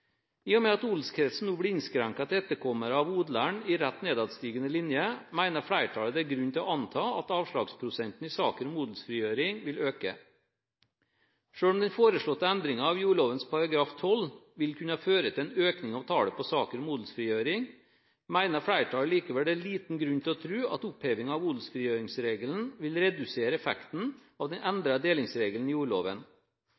I og med at odelskretsen nå blir innskrenket til etterkommere av odleren i rett nedadstigende linje, mener flertallet det er grunn til å anta at avslagsprosenten i saker om odelsfrigjøring vil øke. Selv om den foreslåtte endringen av jordloven § 12 vil kunne føre til en økning av tallet på saker om odelsfrigjøring, mener flertallet likevel det er liten grunn til å tro at opphevingen av odelsfrigjøringsregelen vil redusere effekten av den